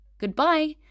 Goodbye